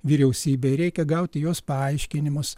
vyriausybei reikia gauti jos paaiškinimus